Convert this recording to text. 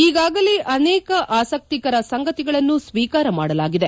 ಈಗಾಗಲೇ ಆನೇಕ ಆಸಕ್ತಿಕರ ಸಂಗತಿಗಳನ್ನು ಸ್ವೀಕಾರ ಮಾಡಲಾಗಿದೆ